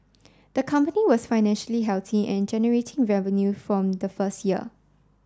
the company was financially healthy and generating revenue from the first year